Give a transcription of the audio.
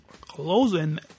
closing